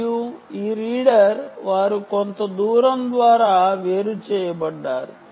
మరియు ఈ రీడర్ ఇవి కొంత దూరం r తో వేరు చేయబడ్డారు